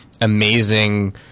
amazing